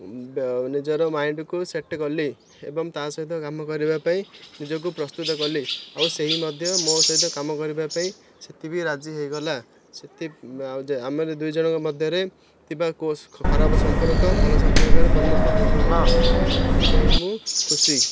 ନିଜର ମାଇଣ୍ଡକୁ ସେଟ୍ କଲି ଏବଂ ତା' ସହିତ କାମ କରିବା ପାଇଁ ନିଜକୁ ପ୍ରସ୍ତୁତ କଲି ଆଉ ସେହି ମଧ୍ୟ ମୋ ସହିତ କାମ କରିବା ପାଇଁ ସେଥିପାଇଁ ରାଜି ହେଇଗଲା ସେଥି ଆଉ ଆମର ଦୁଇଜଣଙ୍କ ମଧ୍ୟରେ ଥିବା ଖରାପ ସମ୍ପର୍କ ଭଲ ସମ୍ପର୍କରେ ପରିଣତ ହେଇଗଲା ସେଥିପାଇଁ ମୁଁ ଖୁସି